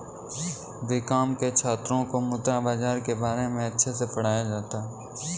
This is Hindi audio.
बीकॉम के छात्रों को मुद्रा बाजार के बारे में अच्छे से पढ़ाया जाता है